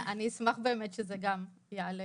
אני אשמח שגם זה יעלה